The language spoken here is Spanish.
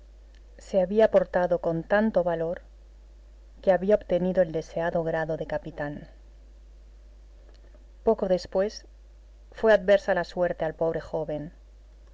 se había portado con tanto valor que había obtenido el deseado grado de capitán poco después fue adversa la suerte al pobre joven